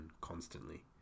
constantly